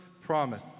promise